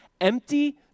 empty